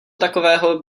takového